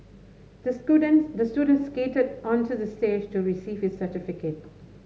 disco dance the student skated onto the stage to receive his certificate